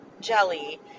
jelly